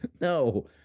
No